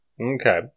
Okay